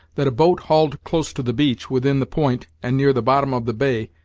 that a boat hauled close to the beach, within the point, and near the bottom of the bay,